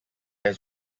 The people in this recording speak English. his